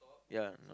ya n~